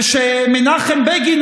ושמנחם בגין,